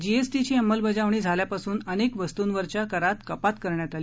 जीएसटीची अंमलबजावणी झाल्यापासून अनेक वस्तूंवरच्या करात कपात करण्यात आली